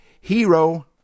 Hero